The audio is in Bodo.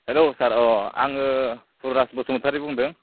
हेल्ल' सार अ' आङो फुलराज बसुमतारी बुंदों